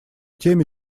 теме